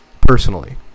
personally